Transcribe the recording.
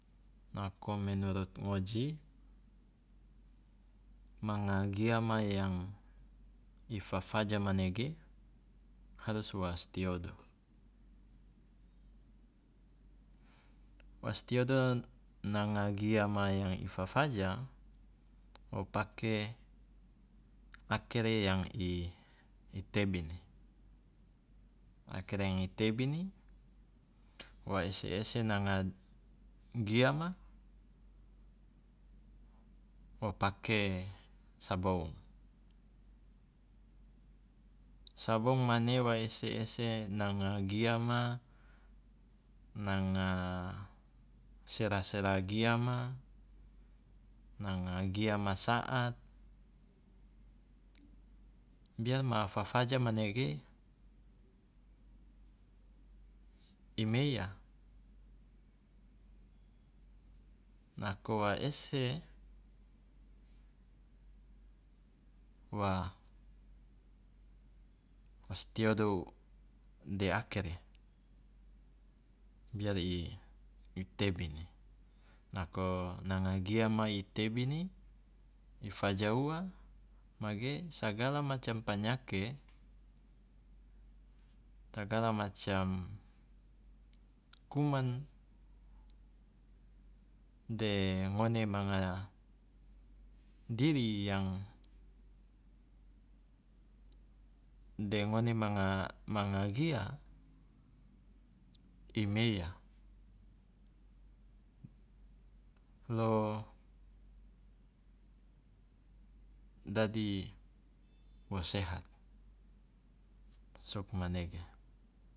Nako menurut ngoji manga giama yang i fafaja manege harus wa si tiodo, was tiodo nanga giama yang i fafaja o pake akere yang i i tebini, akere yang i tebini, wa ese- ese nanga giama wo pake saboung. Sabong mane wa ese- ese nanga giama, nanga sera sera giama, nanga giama saat biar ma fafaja manege i meiya, nako wa ese wa was tiodo de akere biar i tebini, nako nanga giama i tebini i faja ua mage sagala macam panyake sagala macam kuman de ngone manga diri yang de ngone manga manga gia i meiya, lo dadi wo sehat, sokmanege.